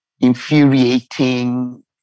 infuriating